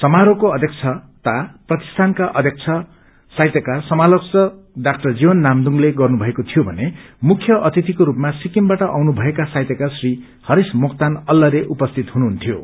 समारोहको अध्यक्षता प्रतिष्ठानका अध्यक्ष साहित्यकार समालोचक डा जीवन नामदुङले गर्नुभएको थियो भने मुख्य अतिथिको रूपमा सिक्किमबाट आउनु भएका साहित्यकार श्री हरिस मोक्तान अल्लरे उपस्थित हुनुहुन्थ्यो